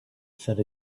said